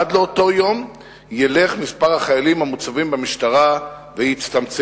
עד לאותו יום ילך מספר החיילים המוצבים במשטרה ויצטמצם.